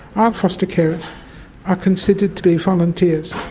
our foster carers are considered to be volunteers.